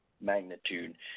magnitude